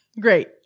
Great